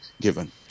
given